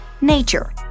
nature